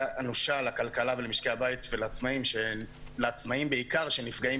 אנושה לכלכלה ולמשקי הבית ולעצמאיים בעיקר שנפגעים פעמיים.